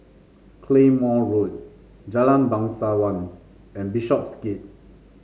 Claymore Road Jalan Bangsawan and Bishopsgate